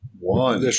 One